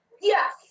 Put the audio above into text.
Yes